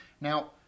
Now